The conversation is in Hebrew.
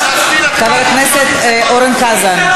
חבר הכנסת אורן חזן,